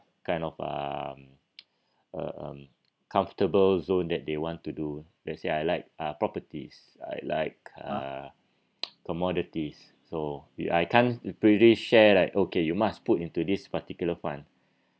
kind of um um comfortable zone that they want to do let's say I like uh properties I like uh commodities so I can't pretty share like okay you must put into this particular fund